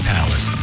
Palace